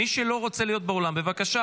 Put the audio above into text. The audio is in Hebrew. מי שלא רוצה להיות באולם, בבקשה.